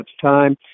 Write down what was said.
time